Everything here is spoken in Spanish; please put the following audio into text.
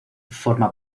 forma